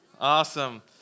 Awesome